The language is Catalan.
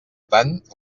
tant